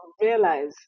realize